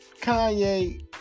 Kanye